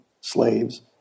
slaves